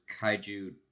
kaiju